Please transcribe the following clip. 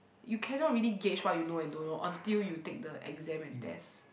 you cannot really gauge what you know and don't know until you take the exam and test